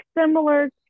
similar